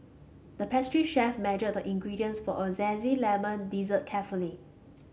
the pastry chef measured the ingredients for a zesty lemon dessert carefully